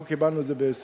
אנחנו קיבלנו את זה ב-21%,